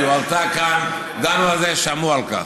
זה הועלה כאן, דנו על זה, שמעו על כך.